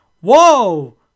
Whoa